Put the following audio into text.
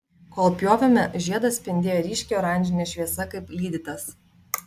kol pjovėme žiedas spindėjo ryškiai oranžine šviesa kaip lydytas